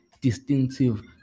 distinctive